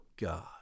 God